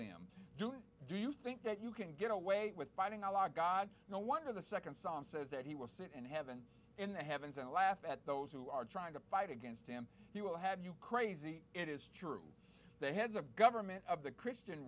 them do you think that you can get away with fighting a law of god no wonder the second son says that he will sit in heaven in the heavens and laugh at those who are trying to fight against him he will have you crazy it is true the heads of government of the christian